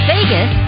Vegas